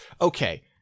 okay